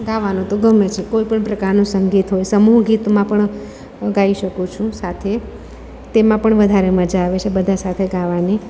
ગાવાનું તો ગમે છે કોઈપણ પ્રકારનું સંગીત હોય સમૂહ ગીતમાં પણ હું ગાઈ શકું છું સાથે તેમાં પણ વધારે મઝા આવે છે બધા સાથે ગાવાની